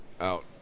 out